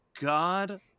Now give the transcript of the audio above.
God